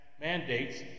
mandates